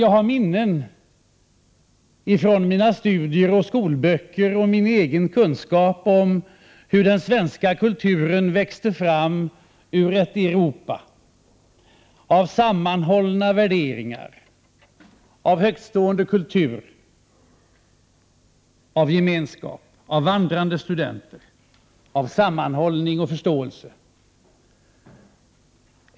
Jag har minnen från mina studier och skolböcker och min egen kunskap om hur den svenska kulturen växte fram ur ett Europa av sammanhållna värderingar, av högt stående kultur, av gemenskap, av vandrande studenter, av sammanhållning och förståelse.